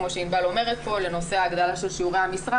כמו שענבל חרמוני מעלה לנושא הגדלת שיעורי המשרה,